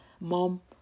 mom